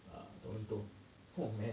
err toronto hor man